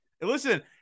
Listen –